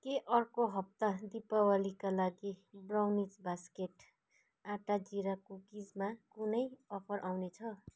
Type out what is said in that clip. के अर्को हप्ता दीपावलीका लागि ब्राउनिज बास्केट आँटा जिरा कुकिजमा कुनै अफर आउनेछ